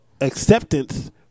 acceptance